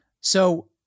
So-